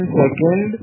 second